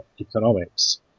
economics